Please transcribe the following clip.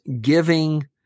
giving